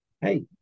hey